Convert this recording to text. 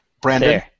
Brandon